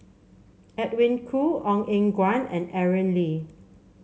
Edwin Koo Ong Eng Guan and Aaron Lee